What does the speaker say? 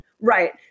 Right